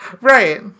Right